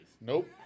Nope